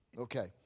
Okay